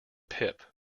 pip